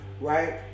right